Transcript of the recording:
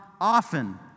often